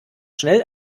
schnell